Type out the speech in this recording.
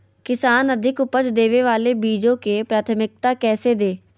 किसान अधिक उपज देवे वाले बीजों के प्राथमिकता कैसे दे?